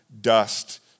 dust